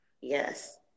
Yes